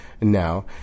now